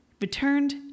returned